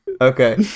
Okay